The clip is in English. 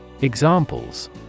Examples